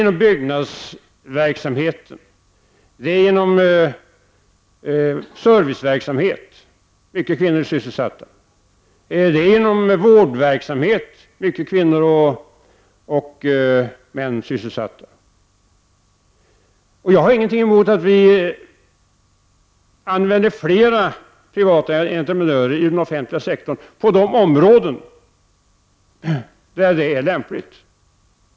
Inom byggnadsverksamhet och inom serviceverksamhet är många kvinnor sysselsatta. Inom vårdsektorn är många kvinnor och män sysselsatta. Jag har ingenting emot att använda fler privata entreprenörer inom den offentliga sektorn — på de områdena där detta är lämpligt.